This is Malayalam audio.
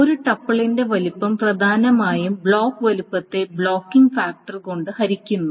ഒരു ടപ്പിൾ ന്റെ വലിപ്പം പ്രധാനമായും ബ്ലോക്ക് വലുപ്പത്തെ ബ്ലോക്കിങ് ഫാക്ടർ കൊണ്ട് ഹരിക്കുന്നു